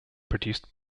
produced